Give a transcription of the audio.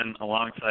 alongside